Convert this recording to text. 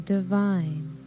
Divine